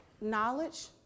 knowledge